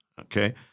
Okay